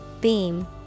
Beam